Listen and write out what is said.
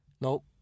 nope